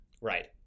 Right